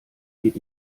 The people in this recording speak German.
geht